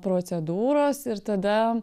procedūros ir tada